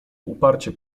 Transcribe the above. uparcie